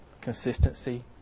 consistency